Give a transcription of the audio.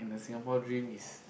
Singapore dream is